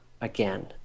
again